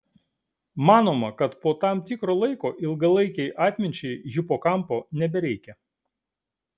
manoma kad po tam tikro laiko ilgalaikei atminčiai hipokampo nebereikia